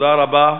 תודה רבה.